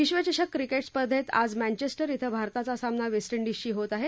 विश्वचषक क्रिकेट स्पर्धेत आज मँचेस्टर इथं भारताचा सामना वेस्ट इंडिजशी होत आहे